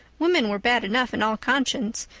women were bad enough in all conscience,